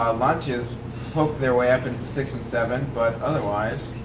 um lancias poked their way up in to six and seven. but otherwise